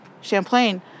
Champlain